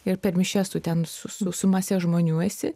ir per mišias tu ten su su mase žmonių esi